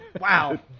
Wow